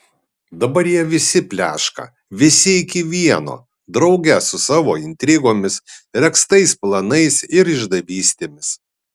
dabar jie visi pleška visi iki vieno drauge su savo intrigomis regztais planais ir išdavystėmis